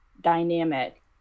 dynamic